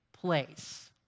place